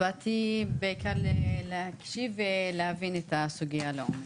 באתי בעיקר להקשיב ולהבין את הסוגיה לעומק.